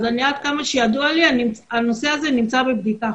עד כמה שידוע לי הנושא הזה נמצא בבדיקה.